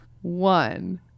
One